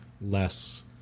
less